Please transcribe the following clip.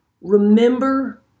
Remember